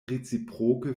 reciproke